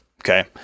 Okay